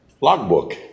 logbook